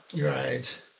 Right